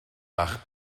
bach